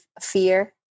fear